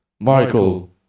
Michael